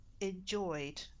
enjoyed